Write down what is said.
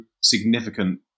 significant